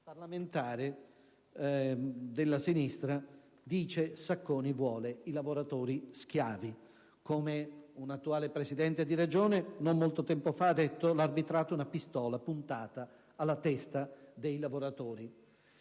ex parlamentare della sinistra dice: «Sacconi vuole i lavoratori schiavi». Come un attuale presidente di Regione, non molto tempo fa, ha detto: «L'arbitrato è una pistola puntata alla testa dei lavoratori».